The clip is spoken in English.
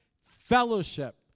fellowship